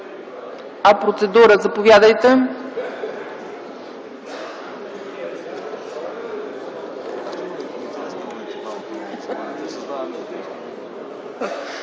За процедура – заповядайте.